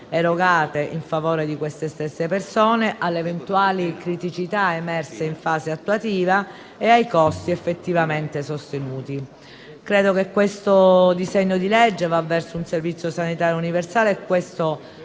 erogate in favore di queste stesse persone, alle eventuali criticità emerse in fase attuativa e ai costi effettivamente sostenuti. Questo disegno di legge va verso un Servizio sanitario universale.